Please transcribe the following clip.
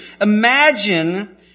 Imagine